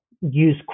use